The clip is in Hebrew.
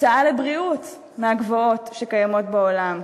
הוצאה על בריאות מהגבוהות שקיימות בעולם,